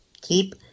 Keep